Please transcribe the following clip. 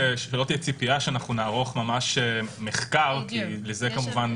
שלא תהיה ציפייה שנערוך ממש מחקר כי לזה כמובן